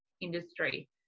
industry